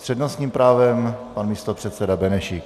S přednostním právem pan místopředseda Benešík.